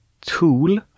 tool